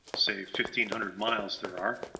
say fifteen hundred miles, there are,